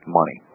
money